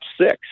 six